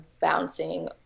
bouncing